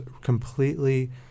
completely